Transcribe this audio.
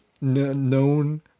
known